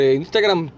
Instagram